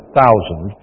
thousand